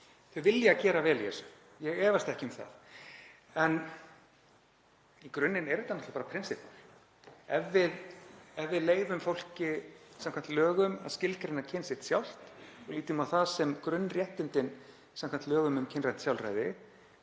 Þau vilja gera vel í þessu, ég efast ekki um það. En í grunninn er þetta náttúrlega bara prinsippmál. Ef við leyfum fólki samkvæmt lögum að skilgreina kyn sitt sjálft og lítum á það sem grunnréttindi samkvæmt lögum um kynrænt sjálfræði,